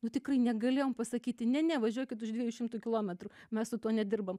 nu tikrai negali jam pasakyti ne ne važiuokit už dviejų šimtų kilometrų mes su tuo nedirbam